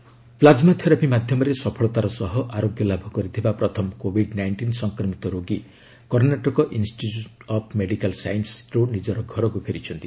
plasma therapy plasma therapy ମାଧ୍ୟମରେ ସଫଳତାର ସହ ଆରୋଗ୍ୟ ଲାଭ କରିଥିବା ପ୍ରଥମ କୋଭିଡ ନାଇଣ୍ଟିନ୍ ସଂକ୍ରମିତ ରୋଗୀ କର୍ଣ୍ଣାଟକ ଇନ୍ଷ୍ଟିଚ୍ୟୁଟ୍ ଅଫ୍ ମେଡ଼ିକାଲ ସାଇନ୍ସରୁ ନିଜର ଘରକୁ ଫେରିଛନ୍ତି